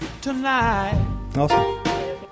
Tonight